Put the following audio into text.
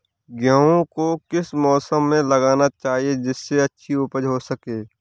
गेहूँ को किस मौसम में लगाना चाहिए जिससे अच्छी उपज हो सके?